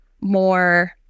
more